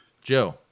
Joe